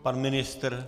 Pan ministr?